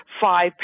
five